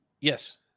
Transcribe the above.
Yes